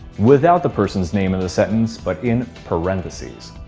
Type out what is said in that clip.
without the person's name in the sentence, but in parentheses.